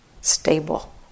stable